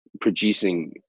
producing